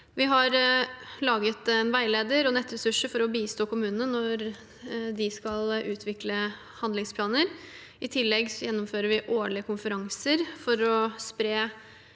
Vi har laget en veileder og nettressurser for å bistå kommunene når de skal utvikle handlingsplaner. I tillegg gjennomfører vi årlige konferanser for å spre